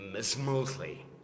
smoothly